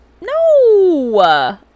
No